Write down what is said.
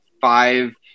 five